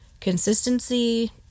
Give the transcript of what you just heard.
consistency